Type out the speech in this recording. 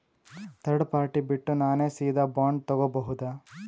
Third party ಬಿಟ್ಟು ನಾನೇ ಸೀದಾ ಬಾಂಡ್ ತೋಗೊಭೌದಾ?